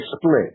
split